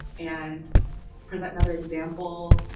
and present another example.